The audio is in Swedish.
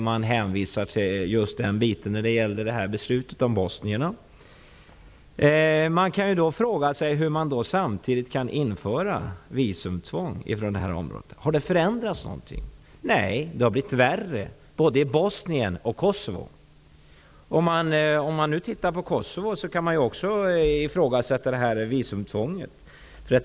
Man hänvisar just till det när det gäller beslutet om bosnierna. Hur kan man då samtidigt införa visumtvång för personer som kommer från området? Har förhållandena förbättrats? Nej, de har blivit värre både i Bosnien och i Kosovo. Också i fråga om Kosovo finns det därför anledning att ifrågasätta visumtvånget.